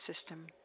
system